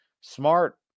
Smart